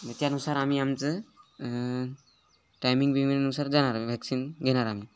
त्यानुसार आम्ही आमचं टायमिंग बियमिंनुसार जाणार वॅक्सिन घेणार आम्ही